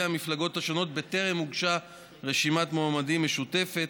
המפלגות השונות בטרם הוגשה רשימת מועמדים משותפת.